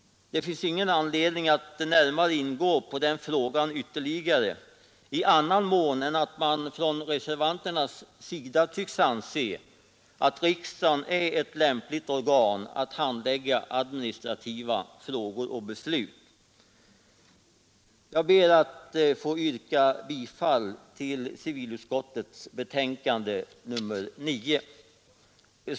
Det finns ingen anledning att ingå på den frågan i annan mån än genom ett påpekande att reservanterna tycks anse att riksdagen är ett lämpligt organ för att handlägga administrativa ärenden och beslut. Jag ber att få yrka bifall till hemställan i civilutskottets betänkande nr 9.